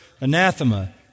Anathema